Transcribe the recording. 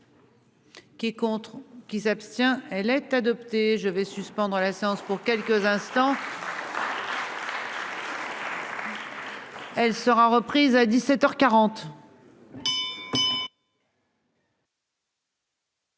qui s'abstient. Elle est adoptée, je vais suspendre la séance pour quelques-uns. Elle sera reprise à 17h 40.